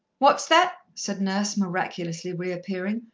what's that? said nurse, miraculously reappearing.